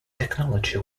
technology